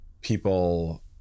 people